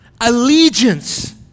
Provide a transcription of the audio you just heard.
allegiance